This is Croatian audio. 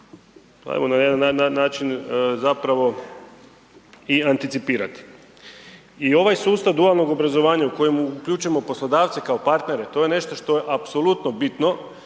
hajmo na jedan način zapravo i anticipirati i ovaj sustav dualnog obrazovanja u kojem uključujemo poslodavce kao partnere, to je nešto što je apsolutno bitno